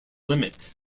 limit